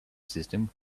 system